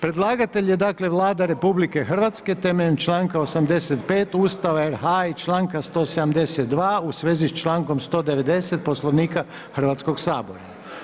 Predlagatelj je Vlada RH temeljem članka 85 Ustava RH i članka 172 u svezi s člankom 190 Poslovnika Hrvatskog sabora.